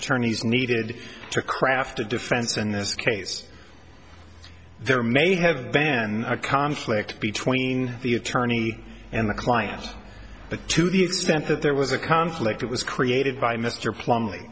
attorneys needed to craft a defense in this case there may have been then a conflict between the attorney and the client but to the extent that there was a conflict it was created by mr plum